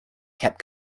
kept